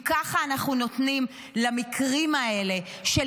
אם ככה אנחנו נותנים למקרים האלה של